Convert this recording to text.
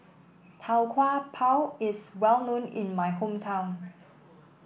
Tau Kwa Pau is well known in my hometown